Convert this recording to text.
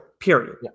Period